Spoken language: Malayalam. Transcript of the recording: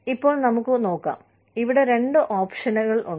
ഇപ്പോൾ നമുക്ക് നോക്കാം ഇവിടെ രണ്ട് ഓപ്ഷനുകൾ ഉണ്ട്